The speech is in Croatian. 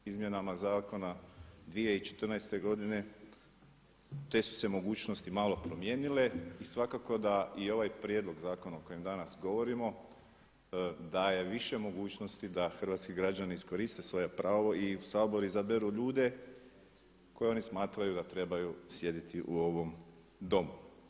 Izmjenama zakona 2014. godine te su se mogućnosti malo promijenile i svakako da i ovaj prijedlog zakona o kojem danas govorimo daje više mogućnosti da hrvatski građani iskoriste svoje pravo i u Sabor izaberu ljude koji oni smatraju da trebaju sjediti u ovom Domu.